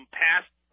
passed